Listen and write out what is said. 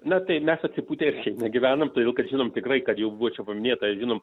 na tai nes atsipūtė ir negyvenome todėl kad žinome tikrai kad jau būčiau paminėtas žinome